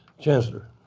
chancellor.